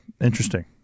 interesting